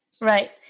right